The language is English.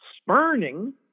spurning